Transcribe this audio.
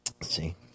See